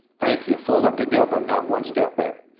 thank you. forward together, not one step back.